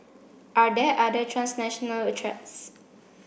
are there other transnational a threats